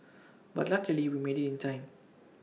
but luckily we made IT in time